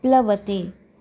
प्लवते